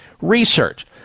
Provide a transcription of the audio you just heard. research